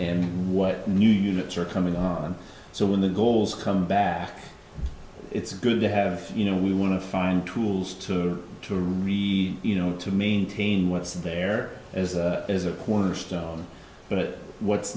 and what new units are coming on so when the goals come back it's good to have you know we want to find tools to to re you know to maintain what's there as a as a cornerstone but what's